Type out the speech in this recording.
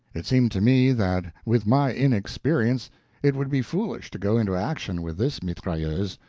it seemed to me that with my inexperience it would be foolish to go into action with this mitrailleuse,